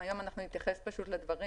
והיום אנחנו נתייחס פשוט לדברים